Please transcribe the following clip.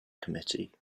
committee